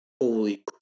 holy